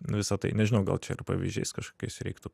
visą tai nežinau gal čia ir pavyzdžiais kažkiais reiktų